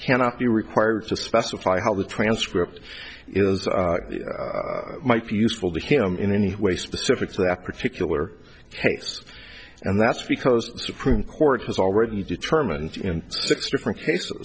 cannot be required to specify how the transcript is might be useful to him in any way specific to that particular case and that's because the supreme court has already determined in six different cases